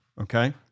Okay